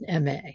MA